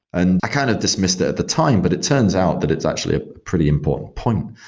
and i kind of dismissed that at the time, but it turns out that it's actually a pretty important point.